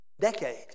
decade